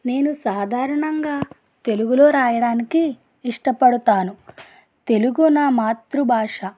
నేను సాధారణంగా తెలుగులో వ్రాయడానికే ఇష్టపడతాను తెలుగు నా మాతృభాష